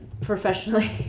professionally